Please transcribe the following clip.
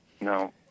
No